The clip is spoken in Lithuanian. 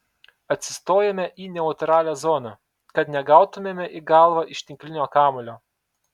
atsistojame į neutralią zoną kad negautumėme į galvą iš tinklinio kamuolio